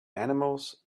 animals